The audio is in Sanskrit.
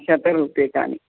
शतं रूप्यकाणि